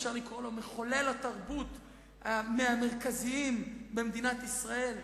אפשר לקרוא לו מחולל תרבות מהמרכזיים במדינת ישראל,